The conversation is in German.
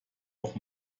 auch